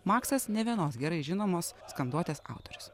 maksas ne vienos gerai žinomos skanduotės autorius